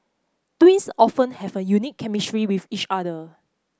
twins often have a unique chemistry with each other